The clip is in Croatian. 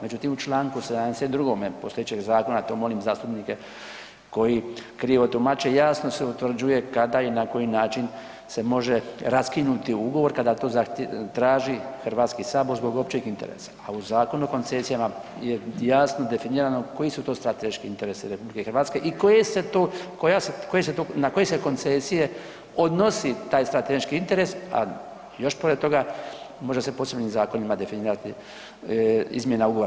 Međutim, u Članku 72. postojećeg zakona to molim zastupnike koji krivo tumače jasno se utvrđuje kada i na koji način se može raskinuti ugovor kada to traži Hrvatski sabor zbog općeg interesa, a u Zakonu o koncesijama je jasno definirano koji su to strateški interesi RH i koja se to, na koje se koncesije odnosi taj strateški interes, a još pored toga može se posebnim zakonima definirati izmjena ugovora.